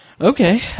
Okay